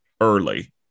early